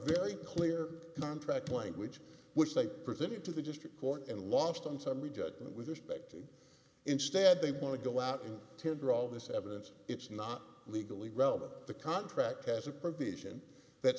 very clear contract language which they presented to the district court and lost on summary judgment with respect to instead they want to go out and tender all this evidence it's not legally realm of the contract has a provision that